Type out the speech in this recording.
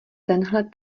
tenhle